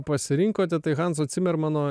pasirinkote tai hanso cimermano